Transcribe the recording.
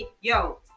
yo